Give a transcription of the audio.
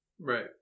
Right